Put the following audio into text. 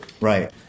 Right